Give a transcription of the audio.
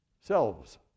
selves